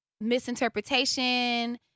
misinterpretation